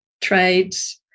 trades